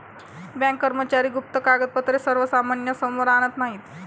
bank कर्मचारी गुप्त कागदपत्रे सर्वसामान्यांसमोर आणत नाहीत